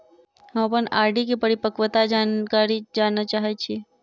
हम अप्पन आर.डी केँ परिपक्वता जानकारी जानऽ चाहै छी